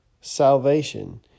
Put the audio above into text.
salvation